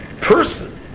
person